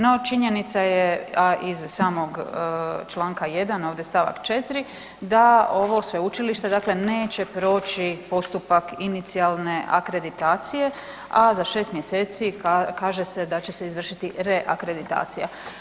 No, činjenica je iz samog Članka 1. ovdje stavak 4. da ovo sveučilište dakle neće proći postupak inicijalne akreditacije, a za 6 mjeseci kaže se da će se izvršiti reakreditacija.